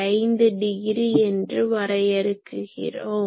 5 degree என்று வரையருக்கிறோம்